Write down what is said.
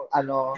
ano